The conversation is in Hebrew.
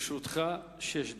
לרשותך שש דקות.